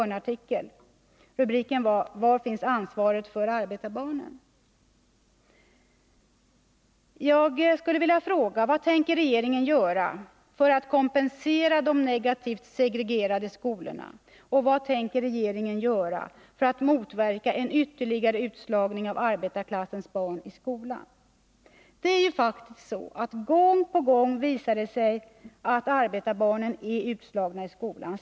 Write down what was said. Rubriken lydde: ”Var finns ansvaret för arbetarbarnen?” Jag skulle vilja fråga: Vad tänker regeringen göra för att kompensera de negativt segrege Det är faktiskt så att det gång på gång visat sig att arbetarbarn blir utslagna i skolan.